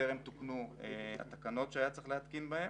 טרם תוקנו התקנות שהיה צריך להתקין בהם.